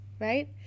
right